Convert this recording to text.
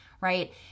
right